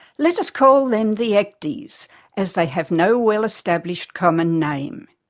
let us call them the ecdies as they have no well-established common name.